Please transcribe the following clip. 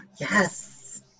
yes